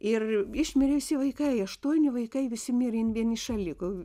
ir išmirė visi vaikai aštuoni vaikai visi mirė jin vieniša liko